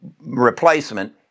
replacement